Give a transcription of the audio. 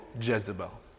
Jezebel